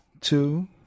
two